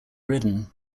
ridden